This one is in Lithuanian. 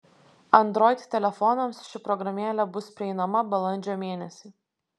android telefonams ši programėlė bus prieinama balandžio mėnesį